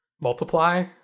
multiply